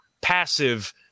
passive